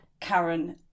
Karen